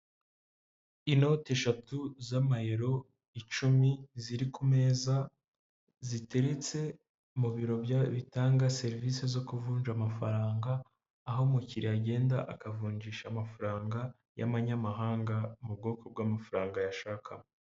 Inoti eshatu z'amayero icumi ziri ku meza, ziteretse mu biro bitanga serivisi zo kuvunja amafaranga, aho umukiriya agenda akavunjisha amafaranga y'amanyamahanga mu bwoko bw'amafaranga yashakamo.